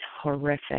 horrific